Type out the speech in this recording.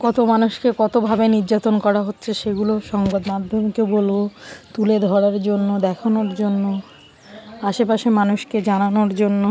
কত মানুষকে কতভাবে নির্যাতন করা হচ্ছে সেগুলো সংবাদমাধ্যমকে বলো তুলে ধরার জন্য দেখানোর জন্য আশেপাশে মানুষকে জানানোর জন্য